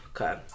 Okay